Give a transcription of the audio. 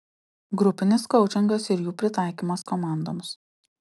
grupinis koučingas ir jų pritaikymas komandoms